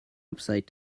upside